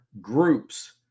groups